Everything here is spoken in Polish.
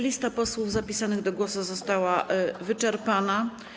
Lista posłów zapisanych do głosów została wyczerpana.